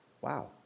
Wow